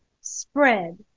spread